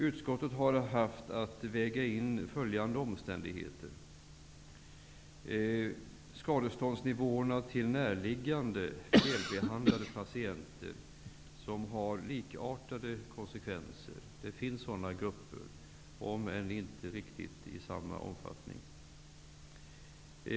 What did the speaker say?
Utskottet har haft att väga in bl.a. skadeståndsnivåerna till närliggande felbehandlade patienter som har drabbats på ett likartat sätt. Det finns sådana gupper, om än inte riktigt i samma omfattning.